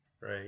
right